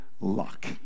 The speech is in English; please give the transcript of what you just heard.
luck